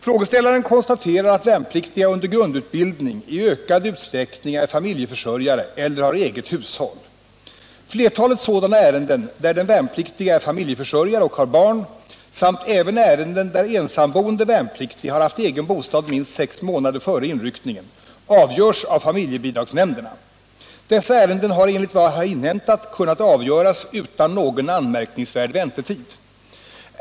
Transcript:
Frågeställaren konstaterar att värnpliktiga under grundutbildning i ökad utsträckning är familjeförsörjare eller har eget hushåll. Flertalet sådana ärenden där den värnpliktige är familjeförsörjare och har barn, samt även ärenden där ensamboende värnpliktig har haft egen bostad minst sex månader före inryckningen, avgörs av familjebidragsnämnderna. Dessa ärenden har enligt vad jag har inhämtat kunnat avgöras utan någon anmärkningsvärd väntetid.